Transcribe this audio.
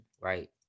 right